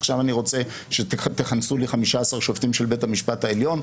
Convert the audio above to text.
עכשיו אני רוצה שתכנסו לי 15 שופטים של בית המשפט העליון,